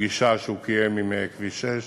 בפגישה שהוא קיים עם אנשי כביש 6